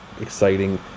exciting